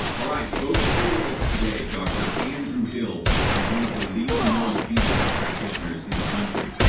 alright folks, here with us today dr. andrew hill is one of the leading neurofeedback practitioners in the country.